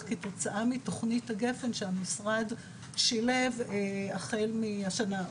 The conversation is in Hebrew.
כתוצאה מתוכנית הגפן שהמשרד שילב החל מהשנה,